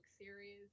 series